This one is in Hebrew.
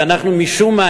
ומשום מה,